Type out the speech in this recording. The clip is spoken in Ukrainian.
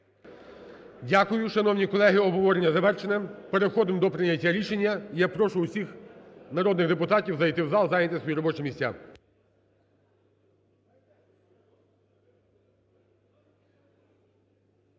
Дякую. Шановні колеги, обговорення завершене. Переходимо до прийняття рішення. І я прошу усіх народних депутатів зайти в зал і зайняти свої робочі місця.